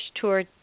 tour